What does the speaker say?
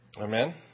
Amen